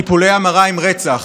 טיפולי המרה הם רצח,